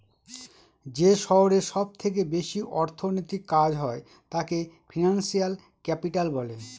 যে শহরে সব থেকে বেশি অর্থনৈতিক কাজ হয় তাকে ফিনান্সিয়াল ক্যাপিটাল বলে